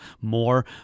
more